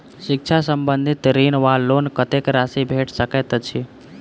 शिक्षा संबंधित ऋण वा लोन कत्तेक राशि भेट सकैत अछि?